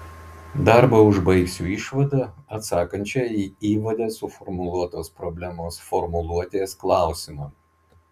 darbą užbaigsiu išvada atsakančia į įvade suformuluotos problemos formuluotės klausimą